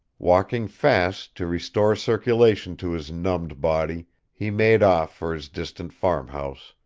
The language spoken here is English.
walking fast to restore circulation to his numbed body he made off for his distant farmhouse,